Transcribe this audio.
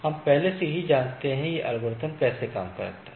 हम पहले से ही जानते हैं कि यह एल्गोरिदम कैसे काम करता है